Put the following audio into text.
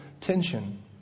tension